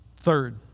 Third